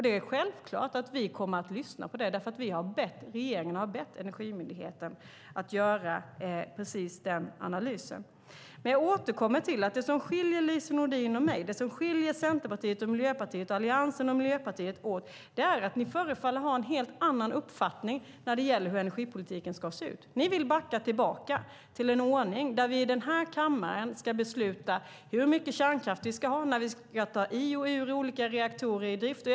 Det är självklart att vi kommer att lyssna därför att regeringen har bett Energimyndigheten att göra den analysen. Jag återkommer till att det som skiljer Lise Nordin och mig, det som skiljer Centerpartiet och Miljöpartiet och Alliansen och Miljöpartiet åt är att ni förefaller ha en helt annan uppfattning när det gäller hur energipolitiken ska se ut. Ni vill backa till en ordning där vi i den här kammaren ska besluta hur mycket kärnkraft vi ska ha, när vi ska olika reaktorer i och ur drift.